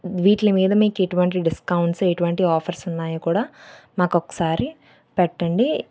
వీటి మీద మీకు ఎటువంటి డిస్కౌంట్సు ఎటువంటి ఆఫర్స్ ఉన్నాయో కూడా మాకు ఒక్కసారి పెట్టండి